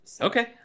Okay